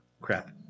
Crap